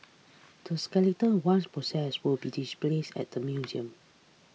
the skeleton once processed will be displayed at the museum